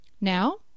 Now